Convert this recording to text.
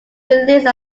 released